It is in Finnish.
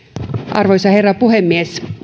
arvoisa herra puhemies